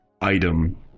item